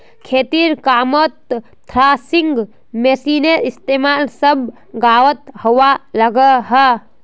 खेतिर कामोत थ्रेसिंग मशिनेर इस्तेमाल सब गाओंत होवा लग्याहा